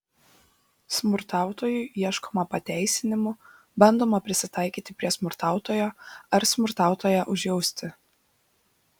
smurtautojui ieškoma pateisinimų bandoma prisitaikyti prie smurtautojo ar smurtautoją užjausti